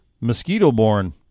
Mosquito-borne